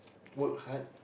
work hard